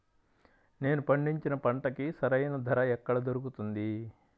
నేను పండించిన పంటకి సరైన ధర ఎక్కడ దొరుకుతుంది?